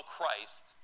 Christ